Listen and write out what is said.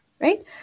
Right